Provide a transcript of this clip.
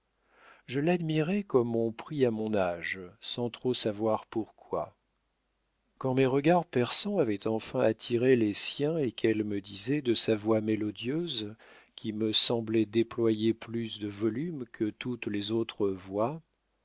je l'admirais comme on prie à mon âge sans trop savoir pourquoi quand mes regards perçants avaient enfin attiré les siens et qu'elle disait de sa voix mélodieuse qui me semblait déployer plus de volume que toutes les autres voix